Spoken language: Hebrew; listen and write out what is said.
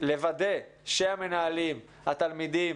לוודא שהמנהלים, התלמידים